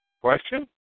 Question